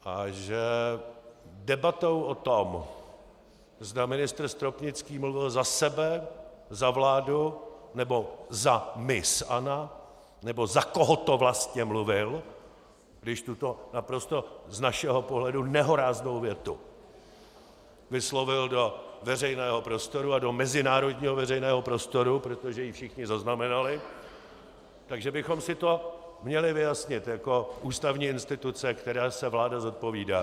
A že debatou o tom, zda ministr Stropnický mluvil za sebe, za vládu, nebo za miss ANO, nebo za koho to vlastně mluvil, když tuto naprosto z našeho pohledu nehoráznou větu vyslovil do veřejného prostoru, a do mezinárodního veřejného prostoru, protože ji všichni zaznamenali, že bychom si to měli vyjasnit jako ústavní instituce, které se vláda zodpovídá.